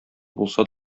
булсa